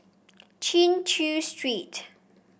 Chin Chew Street